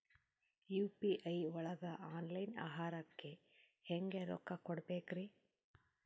UPI ಒಳಗ online ಆಹಾರಕ್ಕೆ ಹೆಂಗ್ ರೊಕ್ಕ ಕೊಡಬೇಕ್ರಿ?